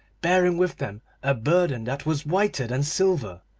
bearing with them a burden that was whiter than silver.